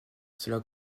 cela